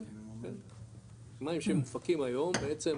כן, כן, מים שמופקים היום, בעצם,